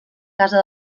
casa